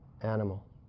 animal